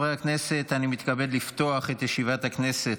וחברי הכנסת, אני מתכבד לפתוח את ישיבת הכנסת.